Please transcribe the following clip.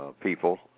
people